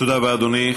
תודה רבה, אדוני.